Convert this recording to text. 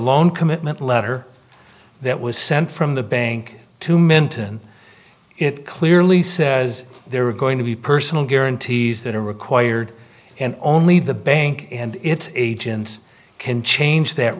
loan commitment letter that was sent from the bank to minton it clearly says there are going to be personal guarantees that are required and only the bank and its agents can change th